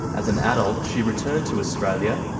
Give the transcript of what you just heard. as an adult she returned to australia,